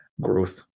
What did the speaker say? growth